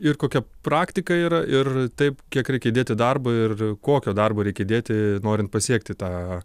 ir kokia praktika yra ir taip kiek reikia įdėti darbo ir kokio darbo reikia įdėti norint pasiekti tą